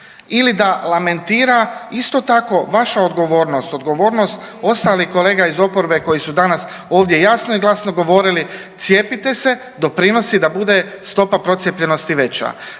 ili da lamentira, isto tako vaša odgovornost, odgovornost ostalih kolega iz oporbe koji su danas ovdje jasno i glasno govorili cijepite se, doprinosi da bude stopa procijepljenosti veća.